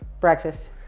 Breakfast